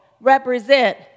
represent